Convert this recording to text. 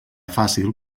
fàcil